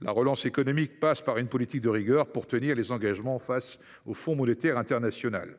La relance économique passe par une politique de rigueur pour tenir les engagements pris à l’égard du Fonds monétaire international.